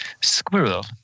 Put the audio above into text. Squirrel